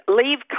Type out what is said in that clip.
leave